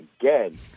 again